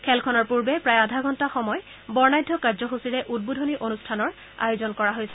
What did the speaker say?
খেলখনৰ পূৰ্বে প্ৰায় আধা ঘণ্টা সময় বৰ্ণাঢ্য কাৰ্য্যসূচীৰে উদ্বোধনী অনুষ্ঠানৰ আয়োজন কৰা হৈছে